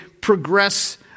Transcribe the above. progress